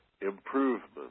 improvement